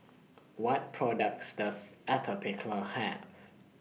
What products Does Atopiclair Have